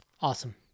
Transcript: awesome